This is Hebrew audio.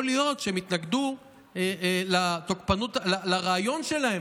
יכול להיות שהם התנגדו לרעיון שלה,